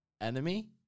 Enemy